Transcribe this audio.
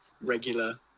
regular